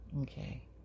okay